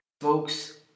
Folks